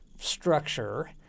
structure